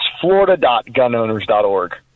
florida.gunowners.org